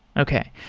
okay.